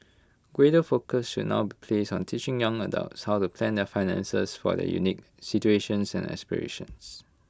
greater focus should not place on teaching young adults how to plan their finances for their unique situations and aspirations